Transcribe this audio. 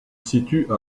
situe